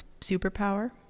superpower